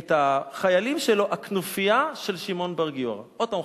את החיילים שלו "הכנופיה של שמעון בר גיורא"; עוד פעם הוא